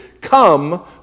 Come